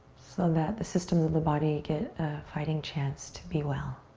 so that the system of the body get a fighting chance to be well.